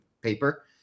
paper